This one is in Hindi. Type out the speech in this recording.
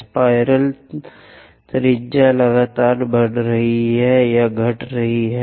सर्पिल में त्रिज्या लगातार बढ़ रही है या घट रही है